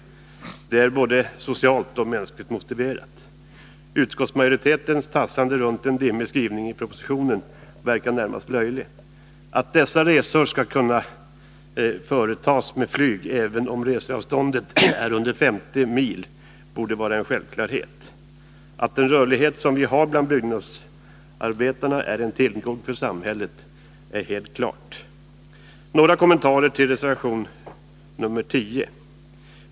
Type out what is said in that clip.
Det är både socialt och mänskligt motiverat. Utskottsmajoritetens tassande runt en dimmig skrivning i propositionen verkar närmast löjligt. Att dessa resor skall kunna företas med flyg även om reseavståndet är under 50 mil borde vara en självklarhet. Att den rörlighet som vi har bland byggnadsarbetarna är en tillgång för samhället är helt klart. Några kommentarer till reservationen nr 10.